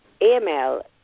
AML